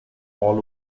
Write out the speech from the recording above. all